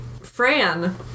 Fran